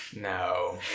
No